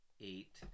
eight